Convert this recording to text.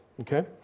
okay